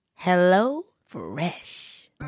HelloFresh